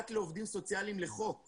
רק לעובדים סוציאליים לחוק הנוער,